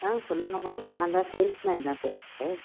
ஆ சொல்லுங்கம்மா நான் தான் சேல்ஸ்மேன் தான் பேசறேன்